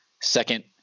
Second